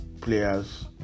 players